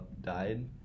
died